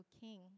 king